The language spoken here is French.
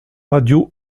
radio